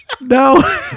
No